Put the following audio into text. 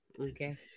Okay